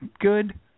good